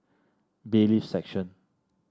Bailiffs' Section